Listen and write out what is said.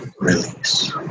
release